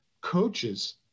Coaches